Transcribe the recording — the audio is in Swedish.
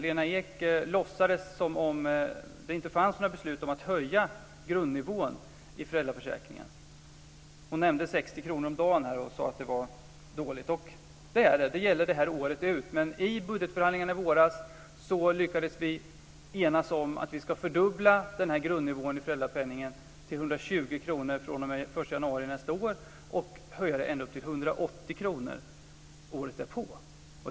Lena Ek låtsades som om det inte fanns några beslut om att höja grundnivån i föräldraförsäkringen. Hon nämnde 60 kr om dagen och sade att det var dåligt. Och det är det. Det gäller det här året ut. Men i budgetförhandlingarna i våras lyckades vi enas om att vi ska fördubbla grundnivån i föräldrapenningen till 120 kr fr.o.m. den 1 januari nästa år och höja ända upp till 180 kr året därpå.